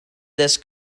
this